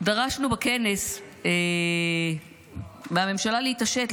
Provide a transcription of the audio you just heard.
דרשנו בכנס מהממשלה להתעשת,